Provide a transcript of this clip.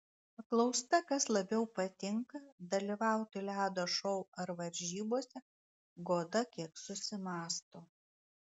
paklausta kas labiau patinka dalyvauti ledo šou ar varžybose goda kiek susimąsto